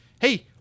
hey